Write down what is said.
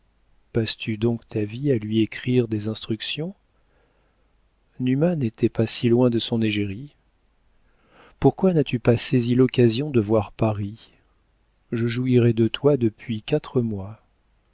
passes tu donc ta vie à lui écrire des instructions numa n'était pas si loin de son égérie pourquoi n'as-tu pas saisi l'occasion de voir paris je jouirais de toi depuis quatre mois